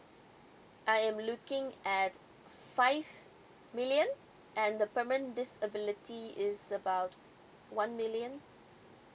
I am looking at five million and the permanent disability is about one million